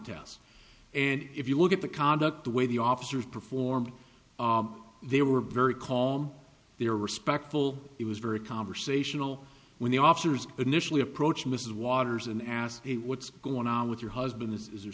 test and if you look at the conduct the way the officers performed they were very calm they were respectful it was very conversational when the officers initially approached mrs waters and asked what's going on with your husband is there